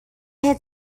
had